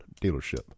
dealership